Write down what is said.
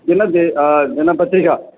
दिनं दिनपत्रिका